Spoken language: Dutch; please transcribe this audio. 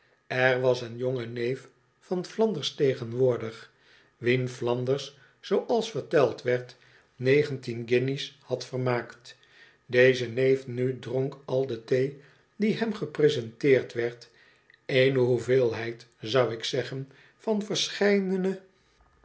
er was een jonge neef van flanders tegenwoordig wien flanders zooals verteld werd negentien guinjes had vermaakt deze neef nu dronk al de thee die hem gepresenteerd werd eene hoeveelheid zou ik zeggen van